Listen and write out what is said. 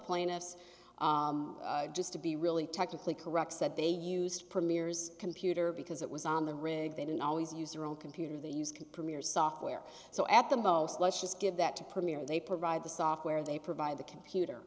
plaintiffs just to be really technically correct that they used premiers computer because it was on the rig they didn't always use their own computer the used premier software so at the most let's just give that to premiere they provide the software they provide the computer